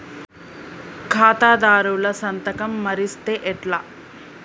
ఖాతాదారుల సంతకం మరిస్తే ఎట్లా?